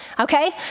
Okay